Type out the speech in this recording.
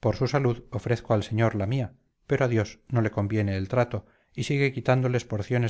por su salud ofrezco al señor la mía pero a dios no le conviene el trato y sigue quitándoles porciones